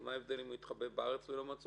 אז מה ההבדל אם הוא התחבא בארץ ולא מצאו